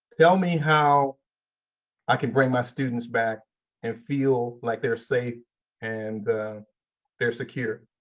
tell me how i could bring my students back and feel like they're safe and they're secure.